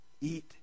eat